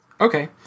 Okay